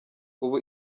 ubu